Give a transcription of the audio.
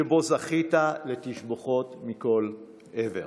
שבו זכית לתשבחות מכל עבר.